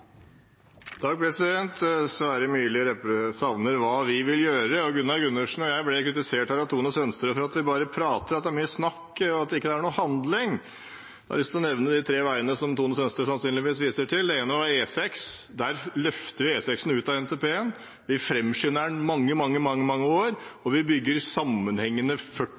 Sverre Myrli spør om hva vi vil gjøre, og Gunnar Gundersen og jeg ble kritisert her av Tone Sønsterud for at vi bare prater – at det er mye snakk, og ikke noe handling. Jeg har lyst til å nevne de tre veiene som Tone Sønsterud sannsynligvis viser til. Den ene var E6 – der løfter vi E6-en ut av NTP-en – vi framskynder den mange, mange år. Vi bygger sammenhengende